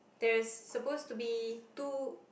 there's supposed to be two